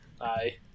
aye